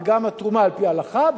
גם התרומה על-פי ההלכה,